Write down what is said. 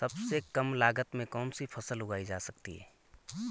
सबसे कम लागत में कौन सी फसल उगाई जा सकती है